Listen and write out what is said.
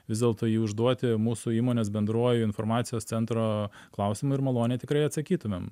vis dėlto jį užduoti mūsų įmonės bendruoju informacijos centro klausimu ir maloniai tikrai atsakytumėm